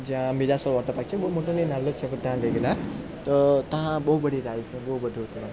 જ્યાં બીજાસા water park છે બહુ મોટો નહીં નલ્લો જ છે પણ ત્યાં ગએલા તો તા બહુ બધી રાઇડ્સને બહુ બધું હતું ત્યાં